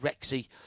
Rexy